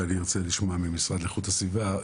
ואני ארצה לשמוע מהמשרד לאיכות הסביבה,